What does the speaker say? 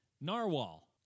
Narwhal